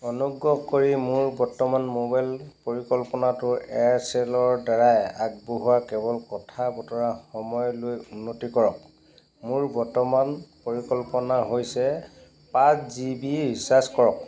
অনুগ্ৰহ কৰি মোৰ বৰ্তমান মোবাইল পৰিকল্পনাটো এয়াৰচেলৰ দ্বাৰা আগবঢ়োৱা কেৱল কথা বতৰাৰ সময়লৈ উন্নতি কৰক মোৰ বৰ্তমান পৰিকল্পনা হৈছে পাঁচ জি বি ৰিচাৰ্জ কৰক